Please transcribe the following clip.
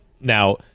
Now